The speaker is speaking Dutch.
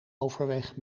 overweg